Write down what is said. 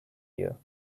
year